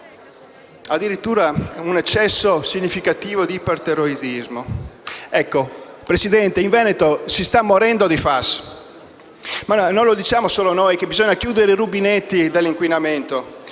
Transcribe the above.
Addirittura vi è un eccesso significativo di ipertiroidismo. Presidente, in Veneto si sta morendo di PFAS. Non lo diciamo solo noi che bisogna chiudere i rubinetti dell'inquinamento,